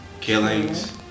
killings